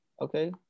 Okay